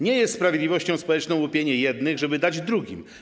Nie jest sprawiedliwością społeczną łupienie jednych, żeby dać drugim.